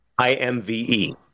IMVE